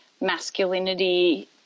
masculinity